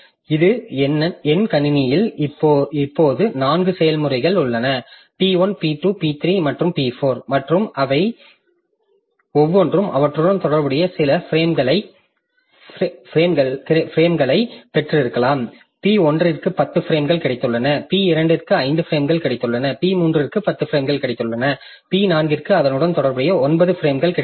இது என் கணினியில் இப்போது 4 செயல்முறைகள் உள்ளன p1 p2 p3 மற்றும் p4 மற்றும் அவை ஒவ்வொன்றும் அவற்றுடன் தொடர்புடைய சில பிரேம்களைப் பெற்றிருக்கலாம் p1ற்கு 10 பிரேம்கள் கிடைத்துள்ளன p2ற்கு 5 பிரேம்கள் கிடைத்துள்ளன p3ற்கு 10 பிரேம்கள் கிடைத்துள்ளன p4ற்கு அதனுடன் தொடர்புடைய 9 பிரேம்கள் கிடைத்துள்ளது